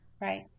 right